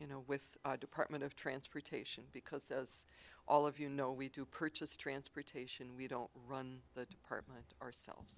you know with our department of transportation because of all of you know we do purchase transportation we don't run the department ourselves